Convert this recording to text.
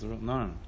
no